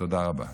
תודה רבה.